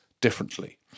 differently